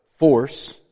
force